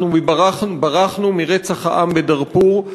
אנחנו ברחנו מרצח עם בדארפור,